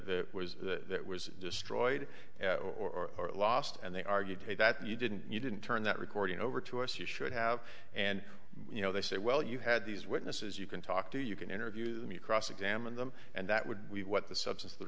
at was that was destroyed or lost and they argued that you didn't you didn't turn that recording over to us you should have and you know they say well you had these witnesses you can talk to you can interviews you cross examine them and that would we what the substance